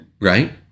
Right